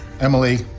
Emily